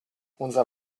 unser